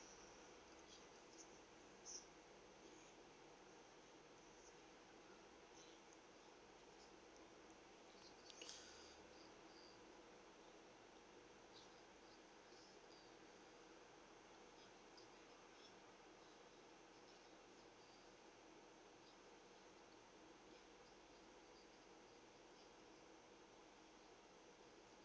mm